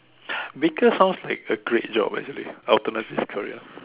because of like a great job actually I open up this career